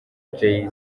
jay